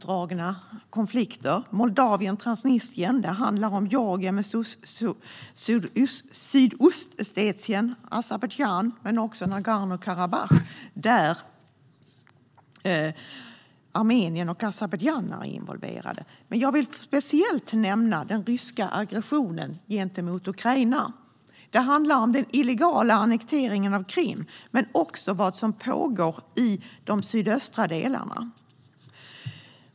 Det gäller Moldavien och Transnistrien, Georgien och Sydossetien, Azerbajdzjan samt även Nagorno-Karabach där Armenien och Azerbajdzjan är involverade. Jag vill särskilt nämna den ryska aggressionen mot Ukraina. Det gäller den illegala annekteringen av Krim men också vad som pågår i de sydöstra delarna.